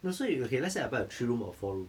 no 所以 okay let's say I buy a three room or a four room